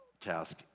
task